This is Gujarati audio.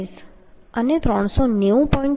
32 અને 390